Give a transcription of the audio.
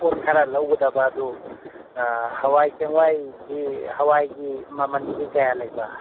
ꯄꯣꯠ ꯈꯔ ꯂꯧꯒꯗꯕ ꯑꯗꯨ ꯍꯋꯥꯏ ꯆꯦꯡꯋꯥꯏꯗꯤ ꯍꯋꯥꯏꯒꯤ ꯃꯃꯟꯗꯤ ꯀꯌꯥ ꯂꯩꯕ